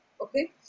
Okay